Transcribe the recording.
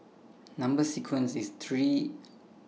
Number sequences IS three